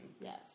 Yes